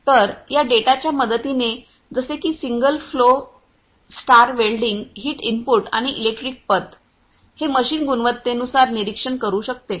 तर या डेटाच्या मदतीने जसे की single flow stir welding heat input आणि इलेक्ट्रिक पथ हे मशीन गुणवत्तेनुसार निरीक्षण करू शकते